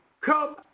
come